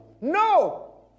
No